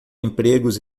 empregos